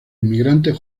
inmigrantes